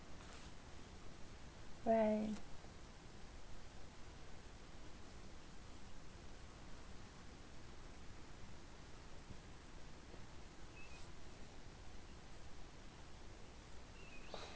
right